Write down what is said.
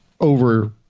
over